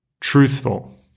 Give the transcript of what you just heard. truthful